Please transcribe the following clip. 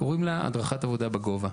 קוראים לה "הדרכת עבודה בגובה",